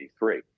1983